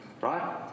Right